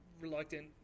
reluctant